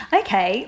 okay